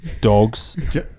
dogs